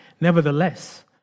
nevertheless